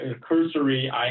cursory